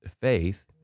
faith